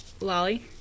Lolly